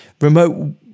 remote